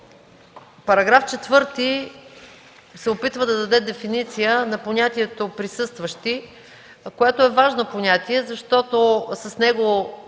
Параграф 4 се опитва да даде дефиниция на понятието „присъстващи”, което е важно понятие, защото с него